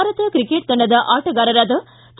Bharat cricket ತಂಡದ ಆಟಗಾರರಾದ K